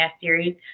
series